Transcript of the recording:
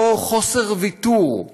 אותו חוסר ויתור,